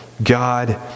God